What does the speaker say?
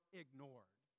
ignored